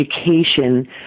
education